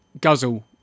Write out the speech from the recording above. guzzle